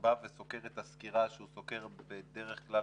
בא וסוקר את הסקירה שהוא סוקר בדרך כלל